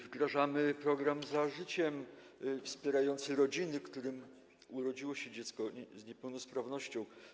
Wdrażamy program „Za życiem” wspierający rodziny, którym urodziło się dziecko z niepełnosprawnością.